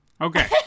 Okay